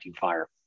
fire